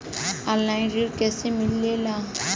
Online ऋण कैसे मिले ला?